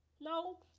No